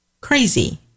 crazy